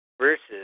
versus